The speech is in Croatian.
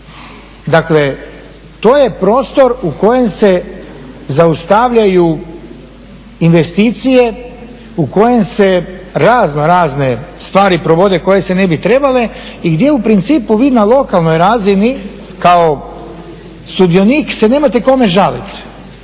Dakle, to je prostor u kojem se zaustavljaju investicije, u kojem se razno razne stvari provode koje se ne bi trebale i gdje u principu vi na lokalnoj razini kao sudionik se nemate kome žaliti.